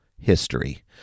history